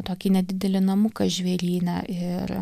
tokį nedidelį namuką žvėryne ir